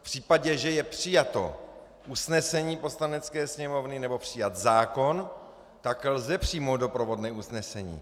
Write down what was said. V případě, že je přijato usnesení Poslanecké sněmovny nebo přijat zákon, tak lze přijmout doprovodné usnesení.